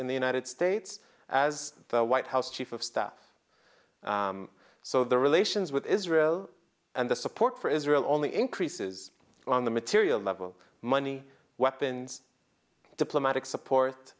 in the united states as the white house chief of staff so the relations with israel and the support for israel only increases on the material level money weapons diplomatic support